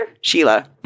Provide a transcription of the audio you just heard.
Sheila